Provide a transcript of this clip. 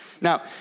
Now